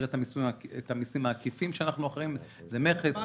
המסים העקיפים שאנחנו אחראים עליהם מכס,